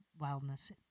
wildness